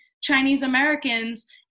Chinese-Americans